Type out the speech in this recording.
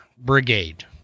brigade